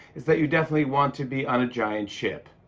it's that you definitely want to be on a giant ship.